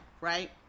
right